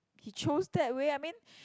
he chose that way I mean